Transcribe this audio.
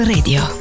Radio